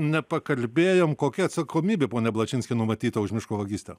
nepakalbėjom kokia atsakomybė pone ablačinskai numatyta už miško vagystę